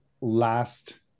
last